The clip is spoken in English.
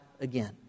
again